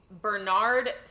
bernard